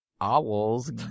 owls